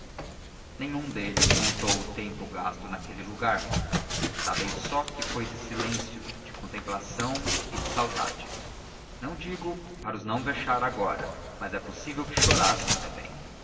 nenhum deles contou o tempo gasto naquele lugar sabem só que foi de silêncio de contemplação e de saudade não digo para os não vexar agora mas é possível que chorassem também